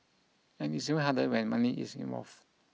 and it's even harder when money is involved